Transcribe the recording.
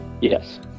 Yes